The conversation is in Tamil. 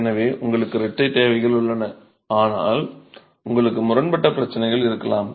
எனவே உங்களுக்கு இரட்டை தேவைகள் உள்ளன ஆனால் உங்களுக்கு முரண்பட்ட பிரச்சனைகள் இருக்கலாம்